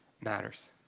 matters